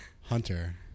Hunter